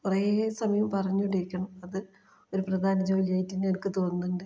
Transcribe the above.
കുറേ സമയം പറഞ്ഞുകൊണ്ടിരിക്കണം അത് ഒരു പ്രധാനജോലിയായിട്ടുതന്നെ എനിക്ക് തോന്നുന്നുണ്ട്